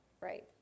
Right